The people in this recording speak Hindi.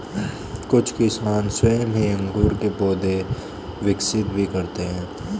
कुछ किसान स्वयं ही अंगूर के पौधे विकसित भी करते हैं